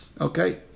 Okay